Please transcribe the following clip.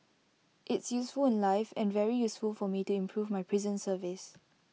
it's useful in life and very useful for me to improve my prison service